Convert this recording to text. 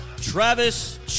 Travis